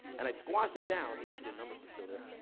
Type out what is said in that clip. and i squashed it down, you can see the numbers are still there.